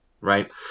right